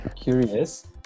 curious